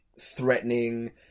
threatening